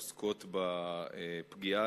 עוסקות בפגיעה,